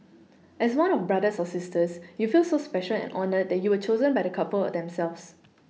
as one of Brothers or Sisters you feel so special and honoured that you were chosen by the couple themselves